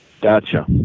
Gotcha